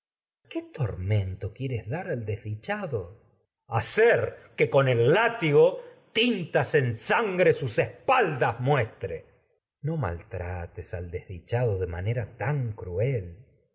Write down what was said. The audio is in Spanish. qué tormento quieres dar al desdichado ayax hacer que con el látigo tintas en sangre sus espaldas muestre minerva no tan maltrates al desdichado de manera cruel